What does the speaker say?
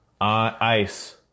ice